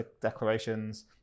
declarations